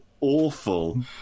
awful